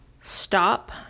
stop